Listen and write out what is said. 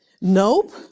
Nope